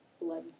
blood